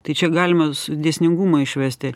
tai čia galima s dėsningumą išvesti